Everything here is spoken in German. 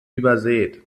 übersät